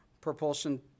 propulsion